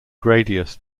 gradius